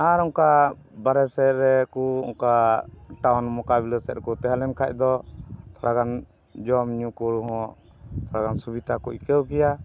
ᱟᱨ ᱚᱱᱠᱟ ᱵᱟᱨᱦᱮ ᱥᱮᱫ ᱨᱮᱠᱚ ᱚᱱᱠᱟ ᱴᱟᱣᱩᱱ ᱢᱚᱠᱟᱵᱤᱞᱟᱹ ᱥᱮᱫ ᱠᱚ ᱛᱟᱦᱮᱸ ᱞᱮᱱᱠᱷᱟᱱ ᱫᱚ ᱛᱷᱚᱲᱟᱜᱟᱱ ᱡᱚᱢᱼᱧᱩ ᱠᱚᱦᱚᱸ ᱛᱷᱚᱲᱟᱜᱟᱱ ᱥᱩᱵᱤᱛᱟ ᱠᱚ ᱟᱹᱭᱠᱟᱹᱣ ᱠᱮᱭᱟ